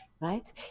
right